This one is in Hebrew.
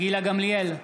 גילה גמליאל,